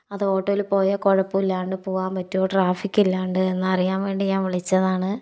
അതോ ഓട്ടോയിൽ പോയാൽ കുഴപ്പമില്ലാണ്ട് പോകുവാൻ പറ്റുമോ ട്രാഫിക്കില്ലാണ്ട് എന്നറിയാൻ വേണ്ടി ഞാൻ വിളിച്ചതാണ്